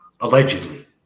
Allegedly